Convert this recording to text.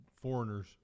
foreigners